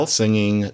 singing